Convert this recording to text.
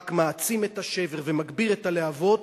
רק מעצים את השבר ומגביר את הלהבות